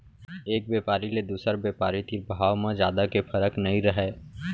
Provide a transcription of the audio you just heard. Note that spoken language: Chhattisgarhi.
एक बेपारी ले दुसर बेपारी तीर भाव म जादा के फरक नइ रहय